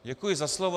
Děkuji za slovo.